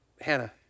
hannah